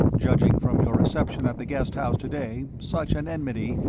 judging from your reception at the guest house to-day, such an enmity,